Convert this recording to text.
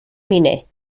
miner